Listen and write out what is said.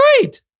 great